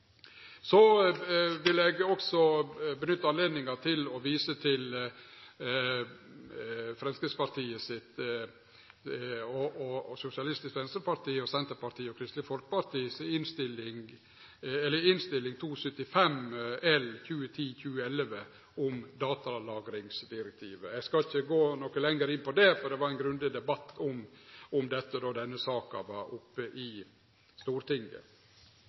Så vil eg òg nytte anledninga til å vise til Innst. 275 L for 2010–2011 om datalagringsdirektivet. Eg skal ikkje gå noko lenger inn på det, for det var ein grundig debatt om dette då den saka var oppe i Stortinget.